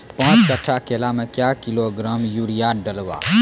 पाँच कट्ठा केला मे क्या किलोग्राम यूरिया डलवा?